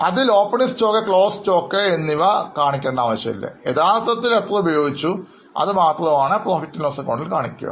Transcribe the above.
അതിൽ opening stock അതുപോലെ closing stock പരിഗണിക്കുന്നില്ല യഥാർത്ഥത്തിൽ ഉപഭോഗം എത്രയാണ് അതുമാത്രമേ PL ac എടുക്കുകയുള്ളൂ